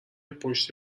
پشت